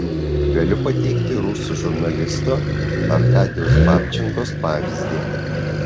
galiu pateikti rusų žurnalisto arkadijaus babčenkos pavyzdį